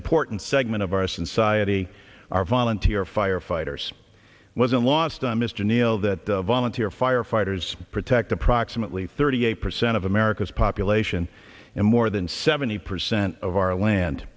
important segment of our society our volunteer firefighters wasn't lost on mr neal that the volunteer firefighters protect approximately thirty eight percent of america's population and more than seventy percent of our land